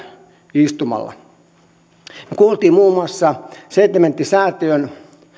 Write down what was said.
istumalla saatiin muun muassa setlementtisäätiön